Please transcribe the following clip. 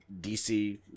DC